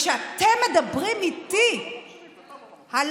וכשאתם מדברים איתי על